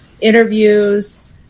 interviews